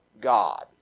God